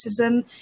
racism